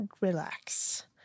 Relax